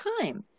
time